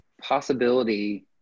possibility